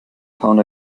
found